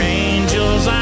angels